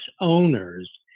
owners